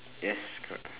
yes correct